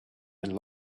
and